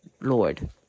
Lord